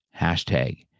Hashtag